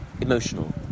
emotional